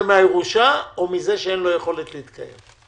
מהירושה או מזה שאין לו יכולת להתקיים.